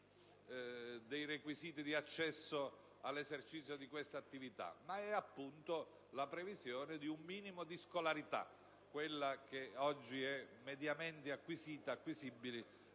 dei requisiti di accesso all'esercizio di questa attività, ma è appunto la previsione di un minimo di scolarità, quella che oggi è mediamente acquisibile